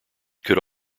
could